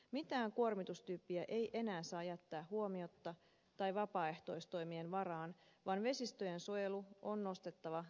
mitään kuormitus tyyppiä ei enää saa jättää huomiotta tai vapaaehtoistoimien varaan vaan vesistöjen suojelu on nostettava etusijalle